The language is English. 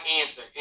answer